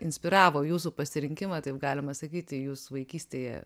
inspiravo jūsų pasirinkimą taip galima sakyti jūs vaikystėje